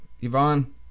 Yvonne